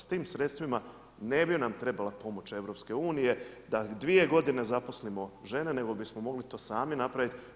S tim sredstvima ne bi nam trebala pomoć EU da dvije godine zaposlimo žene, nego bismo mogli to sami napraviti.